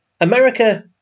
America